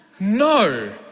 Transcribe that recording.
No